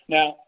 Now